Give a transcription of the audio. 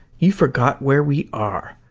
you forget where we are.